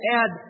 add